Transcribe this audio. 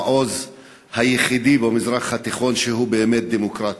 המעוז היחידי במזרח התיכון שהוא באמת דמוקרטי.